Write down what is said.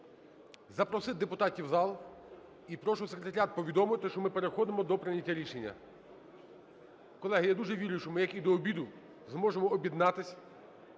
запросити депутатів у зал і прошу секретаріат повідомити, що ми переходимо до прийняття рішення. Колеги, я дуже вірю, що ми, як і до обіду, зможемо об'єднатися